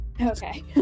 Okay